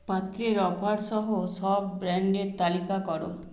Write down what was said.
পাত্রের অফার সহ সব ব্র্যান্ডের তালিকা করো